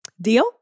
Deal